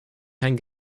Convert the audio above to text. kein